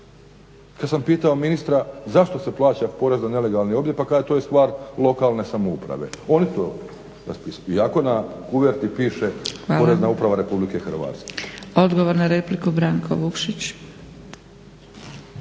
Kad sam pitao ministra zašto se plaća porez na nelegalni objekt pa kaže to je stvar lokalne samouprave, oni to raspisuju iako na kuverti piše Porezna uprava Republike Hrvatske.